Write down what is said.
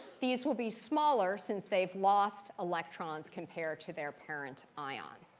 these will be smaller since they've lost electrons compared to their parent ion.